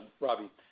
Robbie